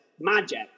magic